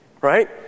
right